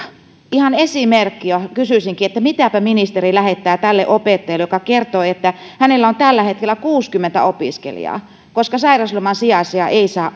ihan esimerkkinä kysyisinkin että mitäpä ministeri lähettää terveisiä tälle opettajalle joka kertoi että hänellä on tällä hetkellä kuusikymmentä opiskelijaa koska sairausloman sijaisia ei saa